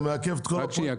זה מעכב את כל הפרויקט.